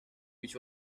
which